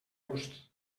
gust